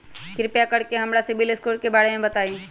कृपा कर के हमरा सिबिल स्कोर के बारे में बताई?